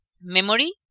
memory